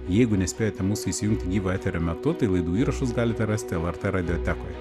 jeigu nespėjote mūsų įsijungti gyvo eterio metu tai laidų įrašus galite rasti lrt radijotekoje